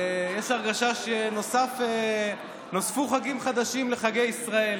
יש הרגשה שנוספו חגים חדשים לחגי ישראל.